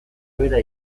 behera